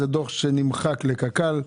זה דוח שנמחק לקק"ל.